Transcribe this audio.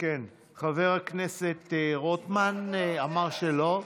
חבר הכנסת רוטמן, אמר שלא.